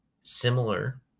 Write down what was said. similar